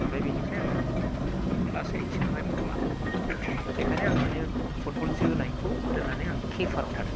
ओमफ्राय बेनिफ्राय आङो क्लास एइट सो मोनबायमोन खोमा बेखायनो आङो माने फुटबल जोनायखौ दोननानै आं किपार आव थादों